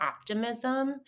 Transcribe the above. optimism